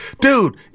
dude